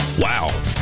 Wow